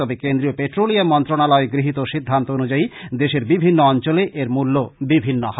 তবে কেন্দ্রীয় পেট্রোলিয়াম মন্ত্রনালয় গৃহীত সিদ্ধান্ত অনুযায়ী দেশের বিভিন্ন অঞ্চলে এর মূল্য বিভিন্ন হবে